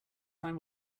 time